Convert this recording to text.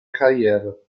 karriere